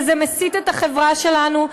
וזה מסיט את החברה שלנו,